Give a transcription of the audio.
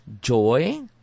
Joy